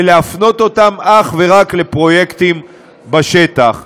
ולהפנות אותו אך ורק לפרויקטים בשטח.